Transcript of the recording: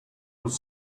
was